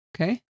Okay